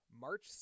March